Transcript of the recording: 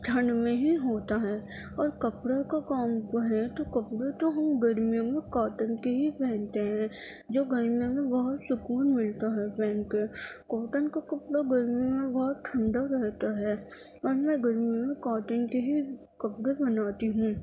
ٹھنڈ میں ہی ہوتا ہے اور کپڑے کا کام وہ ہیں تو کپڑے تو ہم گرمیوں میں کاٹن کے ہی پہنتے ہیں جو گرمیوں میں بہت سکون ملتا ہے پہن کے کاٹن کا کپڑا گرمیوں میں بہت ٹھنڈا رہتا ہے اور میں گرمیوں میں کاٹن کے ہی کپڑے بناتی ہوں